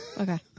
okay